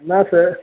എന്നാൽ സാർ